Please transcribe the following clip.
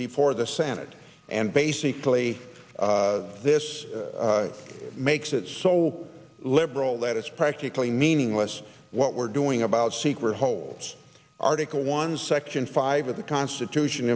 before the senate and basically this makes it so liberal that it's practically meaningless what we're doing about secret holds article one section five of the constitution